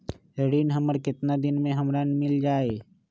ऋण हमर केतना दिन मे हमरा मील जाई?